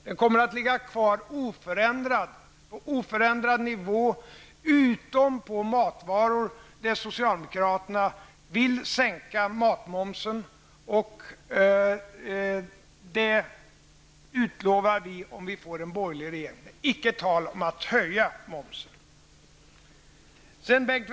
Den kommer att ligga kvar på oförändrad nivå utom när det gäller matvaror, där socialdemokraterna vill sänka momsen. Där utlovar vi att om vi inte får en borgerlig regering så kommer det inte att bli tal om höjning av momsen.